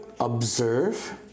observe